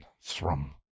THRUM